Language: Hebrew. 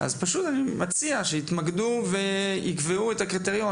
אני מציע שיתמקדו ויקבעו את הקריטריון